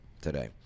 today